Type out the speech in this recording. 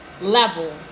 level